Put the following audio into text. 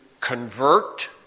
convert